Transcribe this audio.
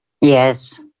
yes